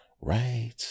Right